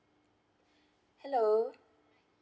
hello